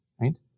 right